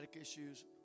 issues